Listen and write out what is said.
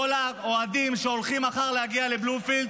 כל האוהדים שהולכים מחר להגיע לבלומפילד,